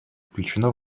включено